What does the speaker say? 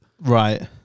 Right